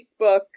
Facebook